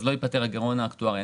לא ייפתר הגירעון האקטוארי.